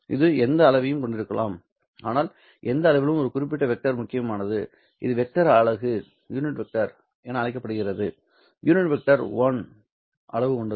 இது எந்த அளவையும் கொண்டிருக்கலாம் ஆனால் எந்த அளவிலும் ஒரு குறிப்பிட்ட வெக்டர் முக்கியமானது இது வெக்டர் அலகு வெக்டர் என அழைக்கப்படுகிறது யூனிட் வெக்டர் 1 அளவு கொண்டது